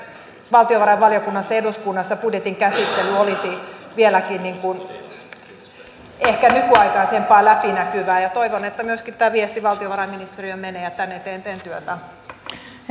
näin valtiovarainvaliokunnassa ja eduskunnassa budjetin käsittely olisi vieläkin ehkä nykyaikaisempaa ja läpinäkyvää ja toivon että myöskin tämä viesti valtiovarainministeriöön menee ja tämän eteen teen työtä